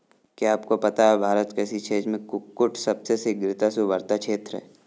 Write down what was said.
क्या आपको पता है भारत कृषि क्षेत्र में कुक्कुट सबसे शीघ्रता से उभरता क्षेत्र है?